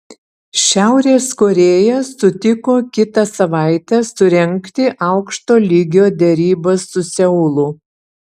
šiaurės korėja sutiko kitą savaitę surengti aukšto lygio derybas su seulu